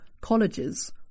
colleges